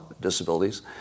disabilities